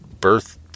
birth